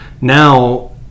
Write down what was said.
now